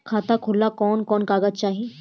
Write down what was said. खाता खोलेला कवन कवन कागज चाहीं?